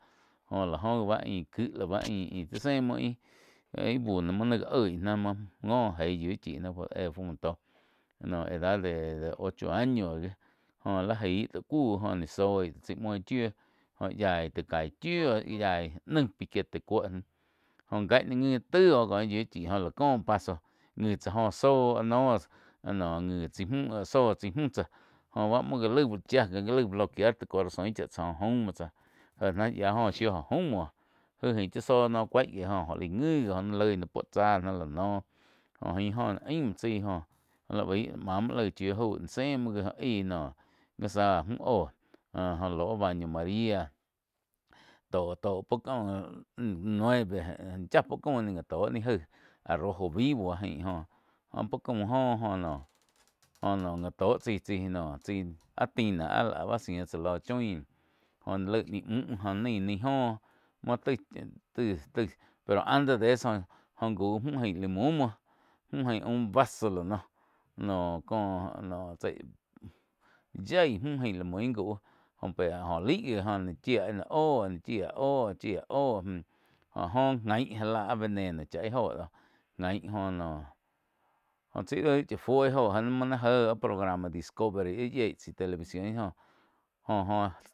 Joh la oh gi bá ain kih, ain-ain tsi ze muo ain ih buh no muoh ni ga oih muo ngo eí yiu chí náh fu éh fu bu tó no edad de ocho años gi jho li jai tó kuh nih zóh chái uin chiu joh yai ti cai chiu oh yaih naih piquete cuoo náh joh gai npa ngi tai oh ko yiu chí jo la có paso ngi tsáh joh zon noh ngi tsái müh tsáh joh muo ja laig chia muoh ga lai bloquear tsai corazon chá tsá joh jaum muo tsá. Eh náh yiá joh shiu jo jaum muoh jaih ain cha zoh noh cuái náh joh oh laig ngi jih loi nah puo tsá nah joh ain oh aim muoh tsai li baí ma mhuo laig chiu gjau se muo jih aíh noh jáh záh mü óho. Jho lo baño maria tó-tó puo caum nueve yá puo caum ni gá to nih jaig al rojo vivo ain joh, joh puo caum joh já tó chai noh chai áh tina áh ziih tsá lo choin joh laig ni muh jo naih la joh muo tai-tai pero antes joh-joh jauh múh ain la mú muo có vaso la noh, noh cóh chaih yaíh múh ain la mui gau joh oh laig gi oh laih oh ni chía, chía oh jo oh jain já lah veneno chá ih jo do gain jo noh oh tsi loh cha fuo óho muo ni jéh programa discovery yieh chai televisión joh-joh.